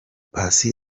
paccy